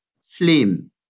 slim